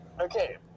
Okay